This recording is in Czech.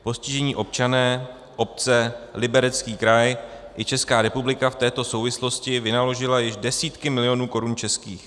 Postižení občané, obce, Liberecký kraj i Česká republika v této souvislosti vynaložili již desítky milionů korun českých.